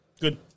Good